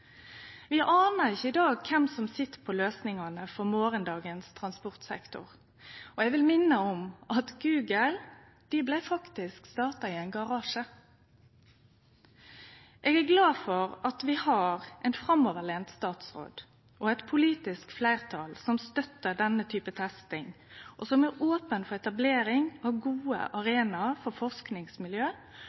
Vi anar ikkje i dag kven som sit på løysingane for morgondagens transportsektor, og eg vil minne om at Google faktisk blei starta i ein garasje. Eg er glad for at vi har ein framoverlent statsråd og eit politisk fleirtal som støttar denne typen testing og er opne for etablering av gode arenaer for forskingsmiljø,